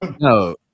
no